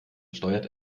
steuert